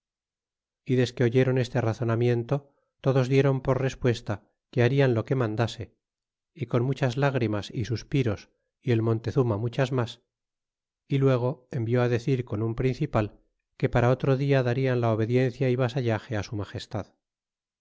y desque oyéron este razonamiento todos diéron por respuesta que hartan lo que mandase y con muchas lgrimas y suspiros y el montezuma muchas mas y luego envió decir con un principal que para otro dia darian la obediencia y vasallage su magestad